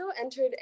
entered